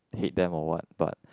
hate them or what but